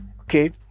okay